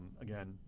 Again